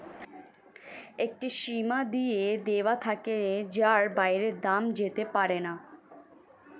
একটি সীমা দিয়ে দেওয়া থাকে যার বাইরে দাম যেতে পারেনা